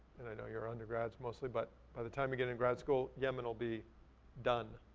and i know you're undergrads mostly, but the time you get in grad school, yemen will be done.